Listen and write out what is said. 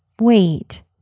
Wait